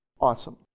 Awesome